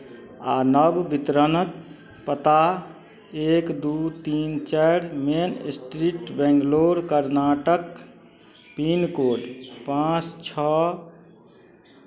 आ नव वितरणक पता एक दू तीन चारि main street Bangalore Karnataka pincode पाँच छओ